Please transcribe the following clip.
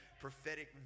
prophetic